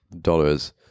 dollars